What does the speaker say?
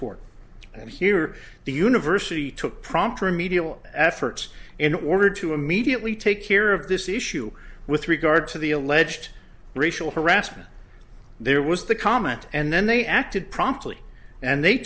court and here the university took prompt remedial efforts in order to immediately take care of this issue with regard to the alleged racial harassment there was the comment and then they acted promptly and they